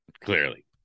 Clearly